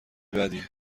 بدیه